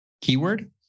keyword